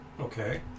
Okay